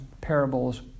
parables